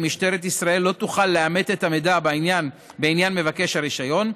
משטרת ישראל לא תוכל לאמת את המידע בעניין מבקש הרישיון,